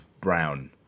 brown